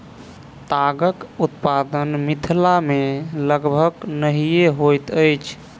तागक उत्पादन मिथिला मे लगभग नहिये होइत अछि